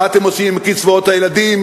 מה אתם עושים עם קצבאות הילדים?